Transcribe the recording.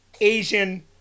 Asian